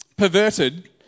perverted